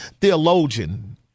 theologian